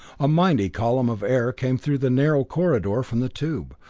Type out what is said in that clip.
a mighty column of air came through the narrow corridor from the tube,